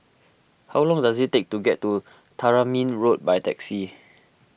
how long does it take to get to Tamarind Road by taxi